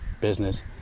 business